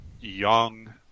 young